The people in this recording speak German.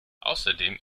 außerdem